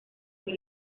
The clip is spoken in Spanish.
muy